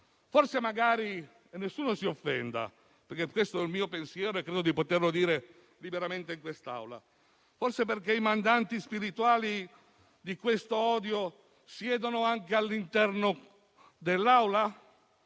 Forse magari - nessuno si offenda, perché questo è il mio pensiero e credo di poterlo esprimere liberamente qui - perché i mandanti spirituali di quest'odio siedono anche all'interno dell'Aula?